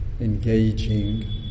engaging